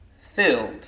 filled